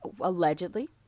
allegedly